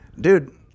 Dude